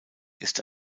ist